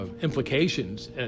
implications